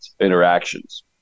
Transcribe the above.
interactions